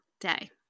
day